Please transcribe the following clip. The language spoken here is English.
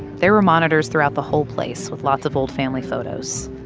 there were monitors throughout the whole place with lots of old family photos,